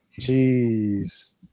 Jeez